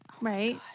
Right